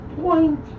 point